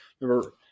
Remember